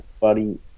buddy